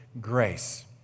grace